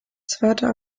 zweiter